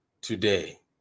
today